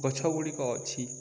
ଗଛ ଗୁଡ଼ିକ ଅଛି